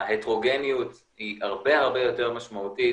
ההטרוגניות הרבה יותר משמעותית